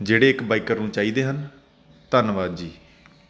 ਜਿਹੜੇ ਇੱਕ ਬਾਈਕਰ ਨੂੰ ਚਾਹੀਦੇ ਹਨ ਧੰਨਵਾਦ ਜੀ